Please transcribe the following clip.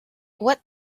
what